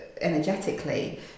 energetically